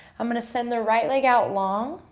i'm going to send the right leg out long.